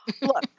Look